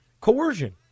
coercion